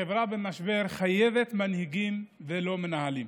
חברה במשבר חייבת מנהיגים, לא מנהלים.